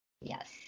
yes